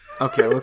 Okay